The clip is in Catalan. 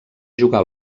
jugar